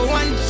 one